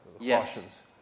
Yes